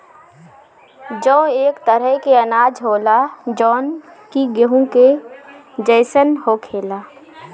जौ एक तरह के अनाज होला जवन कि गेंहू के जइसन होखेला